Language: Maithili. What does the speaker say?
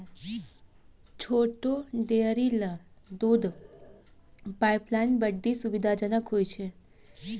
छोटो डेयरी ल दूध पाइपलाइन बड्डी सुविधाजनक होय छै